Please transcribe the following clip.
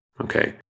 Okay